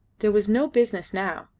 there was no business now,